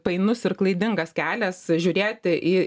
painus ir klaidingas kelias žiūrėti į